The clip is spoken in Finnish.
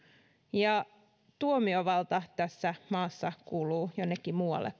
ja tuomiovalta tässä maassa kuuluu jonnekin muualle